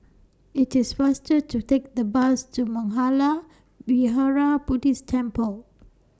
IT IS faster to Take The Bus to Mangala Vihara Buddhist Temple